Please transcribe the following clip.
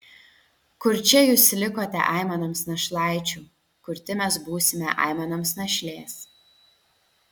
kurčia jūs likote aimanoms našlaičių kurti mes būsime aimanoms našlės